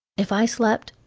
if i slept,